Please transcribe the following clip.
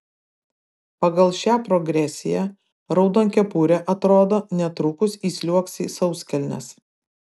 pagal šią progresiją raudonkepurė atrodo netrukus įsliuogs į sauskelnes